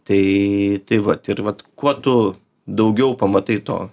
tai vat ir vat kuo tu daugiau pamatai to